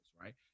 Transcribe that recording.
right